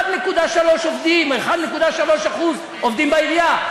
1.3% עובדים בעירייה.